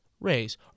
rays